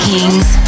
Kings